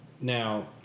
Now